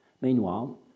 Meanwhile